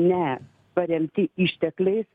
ne paremti ištekliais